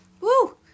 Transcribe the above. Woo